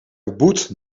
beboet